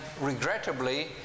regrettably